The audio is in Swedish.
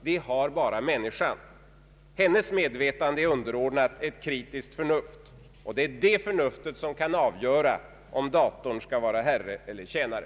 Det har bara människan, Hennes medvetande är underordnat ett kritiskt förnuft. Detta förnuft kan avgöra om datorn skall vara herre eiler tjänare.